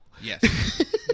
yes